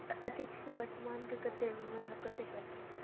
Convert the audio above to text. तऽ अतितसँ वर्तमानके कते मतलब कते पड़तै